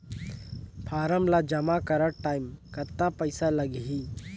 Form ला जमा करत टाइम कतना पइसा लगही?